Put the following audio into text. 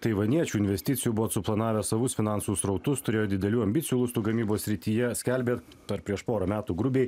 taivaniečių investicijų buvot suplanavę savus finansų srautus turėjot didelių ambicijų lustų gamybos srityje skelbė dar prieš porą metų grubiai